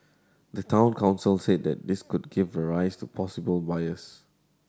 the Town Council said that this could give rise to a possible bias